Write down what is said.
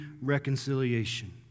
reconciliation